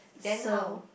so